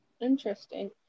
interesting